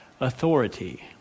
authority